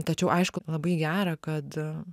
tačiau aišku labai gera kad